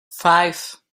five